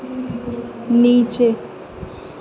نیچے